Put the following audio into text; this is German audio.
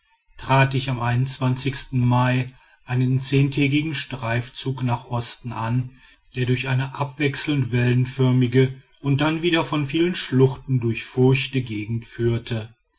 trat ich am mai einen zehntägigen streifzug nach osten an der durch eine abwechselnd wellenförmige und dann wieder von vielen schluchten durchfurchte gegend führte